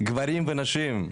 גברים ונשים,